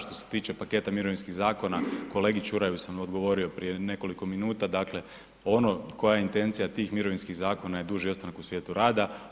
Što se tiče paketa mirovinskih zakona, kolegi Čuraju sam odgovorio prije nekoliko minuta, dakle ono koja je intencija tih mirovinskih zakona je duži ostanak u svijetu rada.